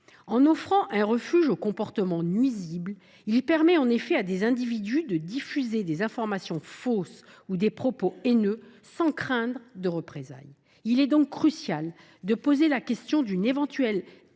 En offrant un refuge aux comportements nuisibles, l’anonymat permet à des individus de diffuser des informations fausses ou des propos haineux sans craindre des représailles. Il est donc crucial de poser la question d’une éventuelle